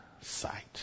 sight